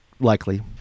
likely